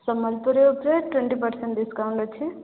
ସମ୍ବଲପୁରୀ ଆଉ dress twenty percent discount ଅଛି